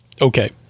Okay